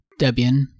Debian